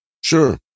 sure